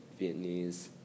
Vietnamese